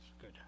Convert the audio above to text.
good